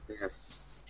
Yes